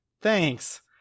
thanks